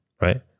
right